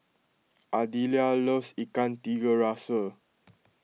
Ardelia loves Ikan Tiga Rasa